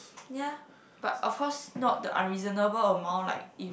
ya but of course not the unreasonable amount like if